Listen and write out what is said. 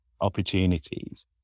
opportunities